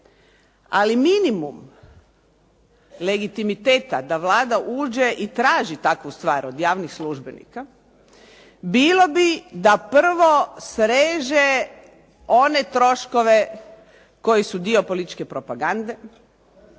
Ali minimum legitimiteta da Vlada uđe i traži takvu stvar od javnih službenika bilo bi da prvo sreže one troškove koji su dio političke propagande,